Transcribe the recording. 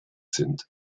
sind